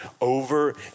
over